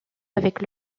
avec